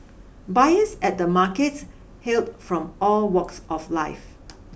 buyers at the markets hailed from all walks of life